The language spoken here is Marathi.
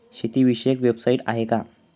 शेतीविषयक वेबसाइट आहे का?